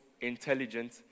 intelligent